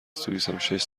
سوئیسم، شش